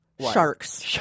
Sharks